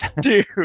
Dude